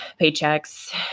paychecks